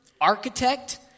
architect